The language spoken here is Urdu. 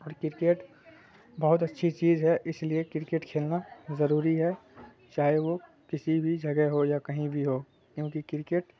اور کرکٹ بہت اچھی چیز ہے اس لیے کرکٹ کھیلنا ضروری ہے چاہے وہ کسی بھی جگہ ہو یا کہیں بھی ہو کیونکہ کرکٹ